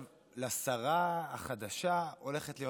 לשרה החדשה הולכת להיות